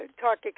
talk